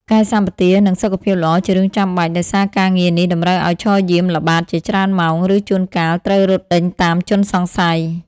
កាយសម្បទា និងសុខភាពល្អជារឿងចាំបាច់ ដោយសារការងារនេះតម្រូវឲ្យឈរយាម ល្បាត ជាច្រើនម៉ោង ឬជួនកាលត្រូវរត់ដេញតាមជនសង្ស័យ។